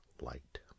light